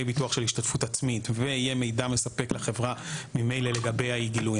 ביטוח של השתתפות עצמית ויהיה מידע מספק לחברה ממילא לגבי אי הגילוי.